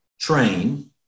train